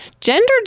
gender